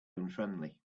unfriendly